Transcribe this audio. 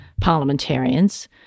parliamentarians